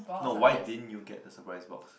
no why didn't you get the surprise box